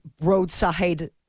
roadside